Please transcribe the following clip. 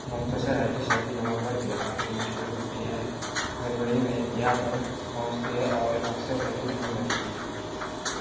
مختصر ہلکی سردی نومبر کے آخر میں شروع ہوتی ہے جنوری میں انتہا پر پہنچتی ہے اور اکثر شدید دھند رہتی ہے